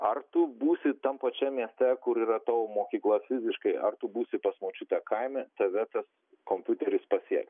ar tu būsi tam pačiam mieste kur yra tavo mokykla fiziškai ar tu būsi pas močiutę kaime tave tas kompiuteris pasieks